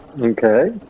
Okay